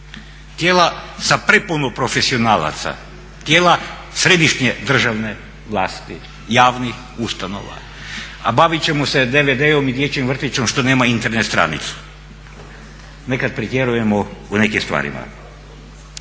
Tijela sa prepuno profesionalaca, tijela središnje državne vlasti, javnih ustanova, a bavit ćemo se DVD-om i dječjim vrtićem što nema Internet stranicu. Nekad pretjerujemo u nekim stvarima.